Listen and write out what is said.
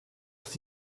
ist